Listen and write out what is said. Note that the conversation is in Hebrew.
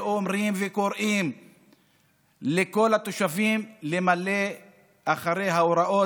ואומרים וקוראים לכל התושבים למלא אחר ההוראות.